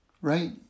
Right